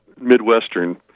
Midwestern